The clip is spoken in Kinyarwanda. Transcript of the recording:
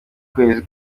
kwezi